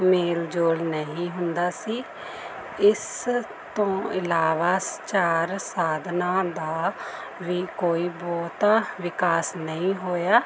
ਮੇਲ ਜੋਲ ਨਹੀਂ ਹੁੰਦਾ ਸੀ ਇਸ ਤੋਂ ਇਲਾਵਾ ਚਾਰ ਸਾਧਨਾ ਦਾ ਵੀ ਕੋਈ ਬਹੁਤ ਵਿਕਾਸ ਨਹੀਂ ਹੋਇਆ